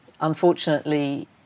Unfortunately